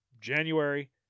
January